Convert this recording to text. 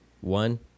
One